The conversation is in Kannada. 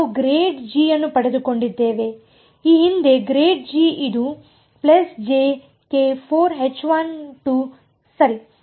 ನಾವು ಅನ್ನು ಪಡೆದುಕೊಂಡಿದ್ದೇವೆ ಈ ಹಿಂದೆ ಇದು ಸರಿ